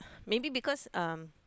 maybe because um